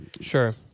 Sure